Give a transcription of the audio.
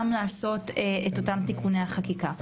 גם לעשות תיקוני חקיקה.